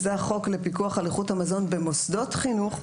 שהוא החוק לפיקוח המזון במוסדות חינוך,